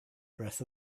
breath